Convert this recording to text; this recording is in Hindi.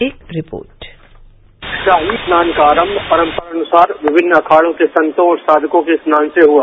एक रिपोर्ट शाही स्नान का आरंभ सुबह परम्परानुसार विभिन्न अखाड़ों के संतों और साधकों के स्नान से हुआ